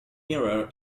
mirror